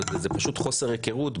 אבל זה חוסר הכרות,